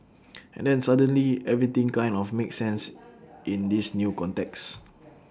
and then suddenly everything kind of makes sense in this new context